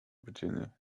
virginia